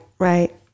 Right